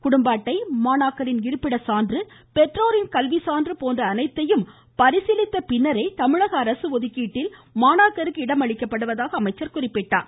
குடும்ப அட்டை மாணவரின் இருப்பிட சான்று பெற்றோரின் கல்வி சான்று போன்ற அனைத்தையும் பரிசீலித்த பிறகே தமிழக அரசு ஒதுக்கீட்டில் மாணாக்கருக்கு இடம் அளிக்கப்படுவதாக அவர் குறிப்பிட்டார்